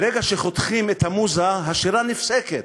ברגע שחותכים את המוזה השירה נפסקת.